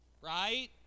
right